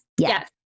yes